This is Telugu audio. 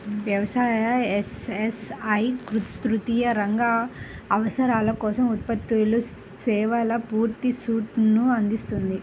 వ్యవసాయ, ఎస్.ఎస్.ఐ తృతీయ రంగ అవసరాల కోసం ఉత్పత్తులు, సేవల పూర్తి సూట్ను అందిస్తుంది